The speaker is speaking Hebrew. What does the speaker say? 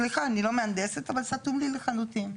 סליחה, אני לא מהנדסת, אבל סתום לי לחלוטין.